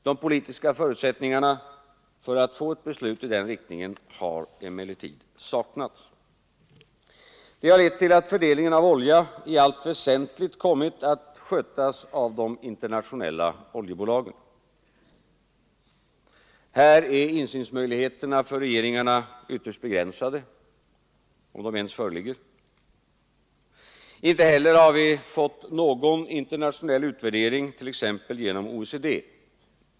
De politiska förutsältningarna för att få ett beslut i den riktningen har emellertid saknats. Det har lett till att fördelningen av oljan i allt väsentligt kommit att skötas av de internationella oljebolagen. Här är insynsmöjligheterna för regeringarna ytterst begränsade, om de ens föreligger. Inte heller har vi hittills fått någon internationell utvärdering, t.ex. genom OECD.